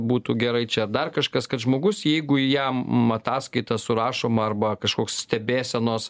būtų gerai čia ar dar kažkas kad žmogus jeigu jam ataskaita surašoma arba kažkoks stebėsenos